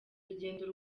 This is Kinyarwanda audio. urugendo